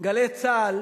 "גלי צה"ל",